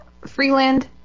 Freeland